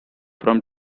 from